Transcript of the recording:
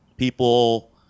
People